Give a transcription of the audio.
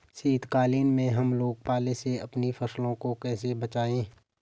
शीतकालीन में हम लोग पाले से अपनी फसलों को कैसे बचाएं?